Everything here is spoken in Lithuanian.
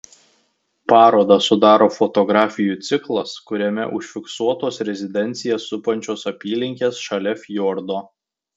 parodą sudaro fotografijų ciklas kuriame užfiksuotos rezidenciją supančios apylinkės šalia fjordo